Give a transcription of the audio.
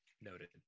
Noted